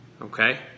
Okay